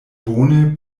bone